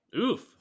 Oof